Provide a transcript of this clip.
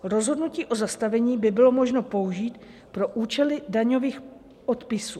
Rozhodnutí o zastavení by bylo možno použít pro účely daňových odpisů.